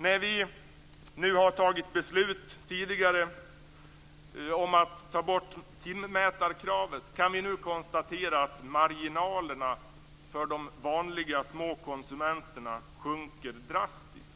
När vi tidigare har tagit beslut om att ta bort timmätarkravet kan vi nu konstatera att marginalerna för de vanliga små konsumenterna sjunker drastiskt.